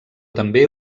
també